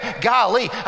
golly